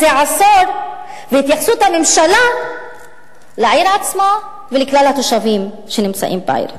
עשור והתייחסות הממשלה לעיר עצמה ולכלל התושבים שנמצאים בעיר.